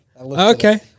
Okay